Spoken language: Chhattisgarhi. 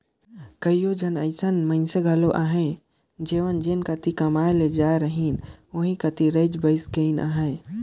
कइयो झन अइसन मइनसे घलो अहें जेमन जेन कती कमाए ले जाए रहिन ओही कती रइच बइस गइन अहें